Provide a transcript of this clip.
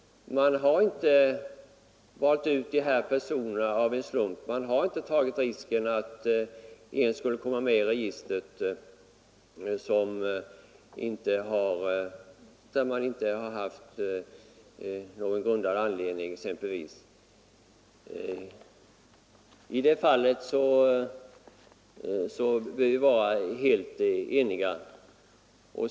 Man har inte valt ut de här personerna av en slump. Man har inte tagit risken att någon skulle komma med i régistret om man inte har haft någon grundad anledning till misstanke. I det fallet bör vi vara helt eniga.